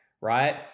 right